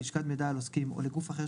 ללשכת מידע על עוסקים או לגוף אחר,